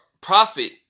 profit